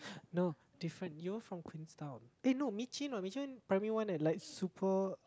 no different you're from Queenstown eh no [what] went primary one eh like super